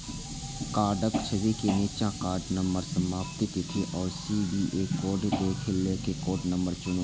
कार्डक छवि के निच्चा कार्ड नंबर, समाप्ति तिथि आ सी.वी.वी कोड देखै लेल कार्ड नंबर चुनू